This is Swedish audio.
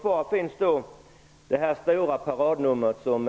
Kvar finns då det stora paradnummer som